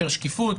יותר שקיפות,